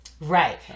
Right